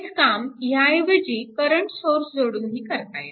हेच काम ह्याऐवजी करंट सोर्स जोडूनही करता येते